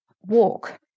walk